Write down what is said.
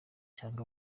cyangwa